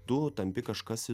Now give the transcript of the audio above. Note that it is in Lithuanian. tu tampi kažkas